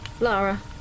Lara